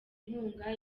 inkunga